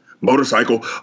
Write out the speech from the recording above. Motorcycle